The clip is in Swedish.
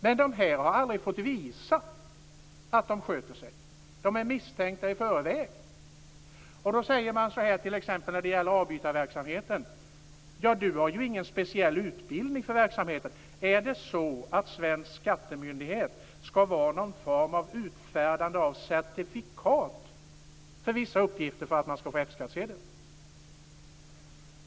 Men dessa människor har aldrig fått visa att de sköter sig. De är misstänkta i förväg. Man säger t.ex. så här när det gäller avbytarverksamheten: Du har ju ingen speciell utbildning för verksamheten. Är det så att svensk skattemyndighet skall vara någon form av utfärdare av certifikat för vissa uppgifter för att man skall få F-skattsedel? Fru talman!